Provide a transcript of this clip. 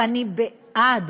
ואני בעד